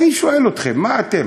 אני שואל אתכם, מה אתם,